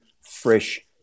fresh